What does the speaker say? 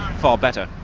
far better.